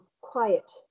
quiet